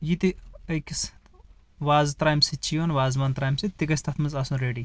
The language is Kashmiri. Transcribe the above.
یہِ تہِ أکِس وازٕ ترٛامہِ سۭتۍ چھِ یِوان وازٕ وان ترٛامہِ سۭتۍ تہِ گژھِ تتھ منٛز آسُن ریڈی